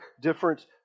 different